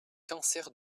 cancer